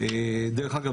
דרך אגב,